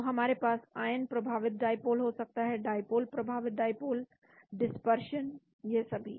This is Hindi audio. तो हमारे पास आयन प्रभावित डाईपोल हो सकता है डाईपोल प्रभावित डाईपोल डिस्पर्शन यह सभी